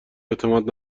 اعتماد